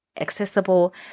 accessible